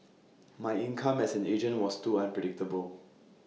my income as an agent was too unpredictable